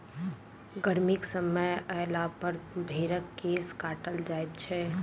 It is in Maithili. गर्मीक समय अयलापर भेंड़क केश काटल जाइत छै